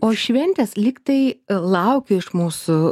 šventės lyg tai laukia iš mūsų